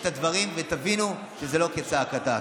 ותבינו שזה לא כצעקתה.